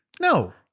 No